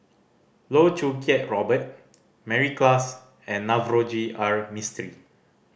Loh Choo Kiat Robert Mary Klass and Navroji R Mistri